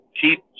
Keep